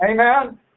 Amen